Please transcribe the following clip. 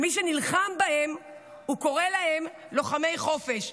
ולמי שנלחם בהם הוא קורא לוחמי חופש,